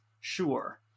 sure